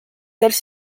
celles